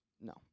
No